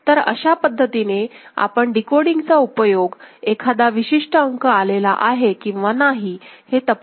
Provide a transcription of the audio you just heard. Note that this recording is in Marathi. तर अशा पद्धतीने आपण डिकोडिंगचा उपयोग एखादा विशिष्ट अंक आलेला आहे किंवा नाही हे तपासण्यासाठी करू शकतो